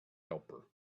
helper